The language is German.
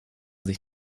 sich